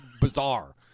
bizarre